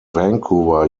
vancouver